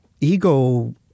ego